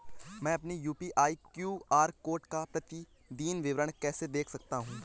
मैं अपनी UPI QR code का प्रतीदीन विवरण कैसे देख सकता हूँ?